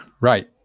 Right